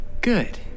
Good